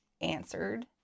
answered